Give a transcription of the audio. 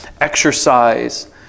exercise